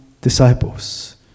disciples